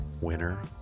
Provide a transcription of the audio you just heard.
winner